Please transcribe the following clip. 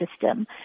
system